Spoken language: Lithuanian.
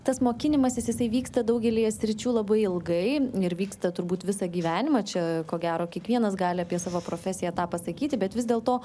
tas mokinimasis jisai vyksta daugelyje sričių labai ilgai ir vyksta turbūt visą gyvenimą čia ko gero kiekvienas gali apie savo profesiją tą pasakyti bet vis dėlto